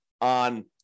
on